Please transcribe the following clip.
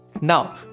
Now